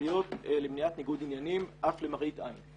הכלליות למניעת ניגוד עניינים אף למראית עין'.